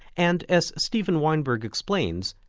and as steven weinberg explains,